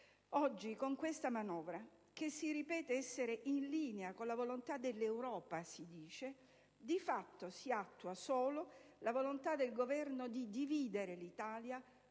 Oggi con questa manovra, che si continua a ripetere essere in linea con la volontà dell'Europa, di fatto si attua solo la volontà del Governo di dividere l'Italia,